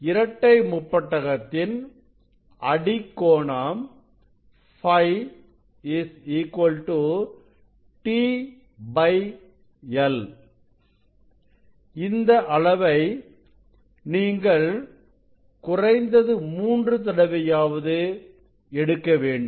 இரட்டை முப்பட்டகத்தின் அடிக்கோணம் Φ t l இந்த அளவை நீங்கள் குறைந்தது மூன்று தடவையாவது எடுக்க வேண்டும்